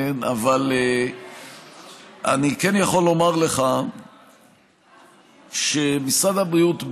אבל אני כן יכול לומר לך שמשרד הבריאות,